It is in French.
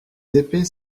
épées